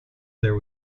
there